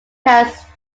house